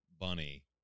bunny